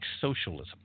socialism